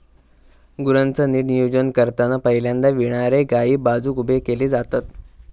गुरांचा नीट नियोजन करताना पहिल्यांदा विणारे गायी बाजुक उभे केले जातत